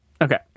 Okay